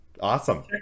Awesome